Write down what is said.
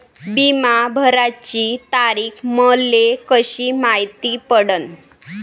बिमा भराची तारीख मले कशी मायती पडन?